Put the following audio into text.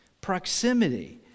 proximity